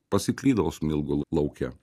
pasiklydau smilgų l lauke